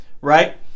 Right